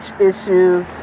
issues